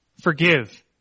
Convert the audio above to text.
Forgive